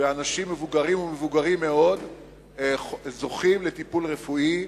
ואנשים מבוגרים ומבוגרים מאוד זוכים לטיפול רפואי,